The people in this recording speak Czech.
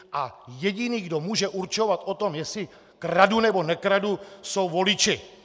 A jediný, kdo může určovat, jestli kradu nebo nekradu, jsou voliči!